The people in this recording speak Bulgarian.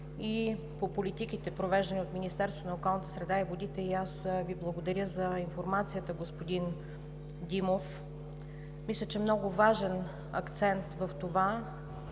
и по политиките, провеждани от Министерството на околната среда и водите, и аз Ви благодаря за информацията, господин Димов. Мисля, че много важен акцент в това